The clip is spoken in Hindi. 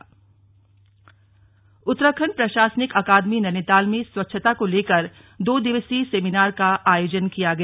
स्लग स्वच्छता सेमिनार उत्तराखंड प्रशासनिक अकादमी नैनीताल में स्वच्छता को लेकर दो दिवसीय सेमिनार का आयोजन किया गया